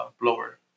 blower